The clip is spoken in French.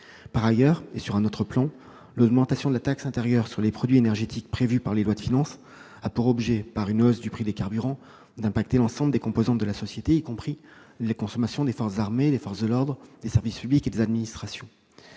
Par ailleurs, sur un autre plan, l'augmentation de la taxe intérieure de consommation sur les produits énergétiques prévue par les lois de finances a pour objet d'affecter, par la hausse du prix des carburants, les consommations de l'ensemble des composantes de la société, y compris les forces armées, les forces de l'ordre, les services publics et les administrations.